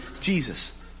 Jesus